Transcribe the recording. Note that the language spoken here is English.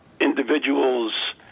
individuals